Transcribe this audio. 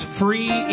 free